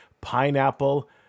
Pineapple